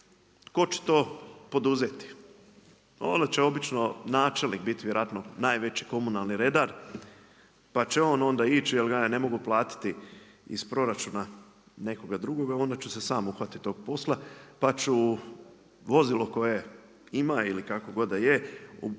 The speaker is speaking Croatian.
tko će to poduzeti? Onda će obično načelnik biti vjerojatno najveći komunalni redar pa će onda on ići jel ga ja ne mogu platiti iz proračuna nekoga drugoga onda ću se sam uhvatiti tog posla pa ću vozilo koje ima ili kakvo god da